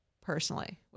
personally